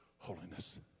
Holiness